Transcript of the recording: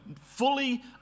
fully